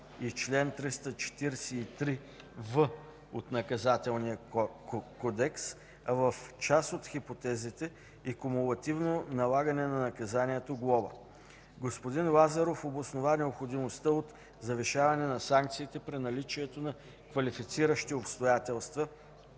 и чл. 343в от Наказателния кодекс, а в част от хипотезите и кумулативно налагане на наказанието „глоба”. Господин Лазаров обоснова необходимостта от завишаване на санкциите при наличието на квалифициращи обстоятелства